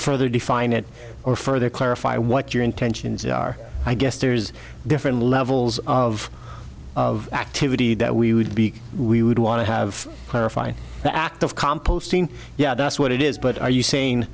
further define it or further clarify what your intentions are i guess there's different levels of of activity that we would be we would want to have clarified the act of composting yeah that's what it is but are you saying